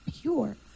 pure